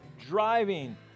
driving